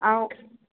ऐं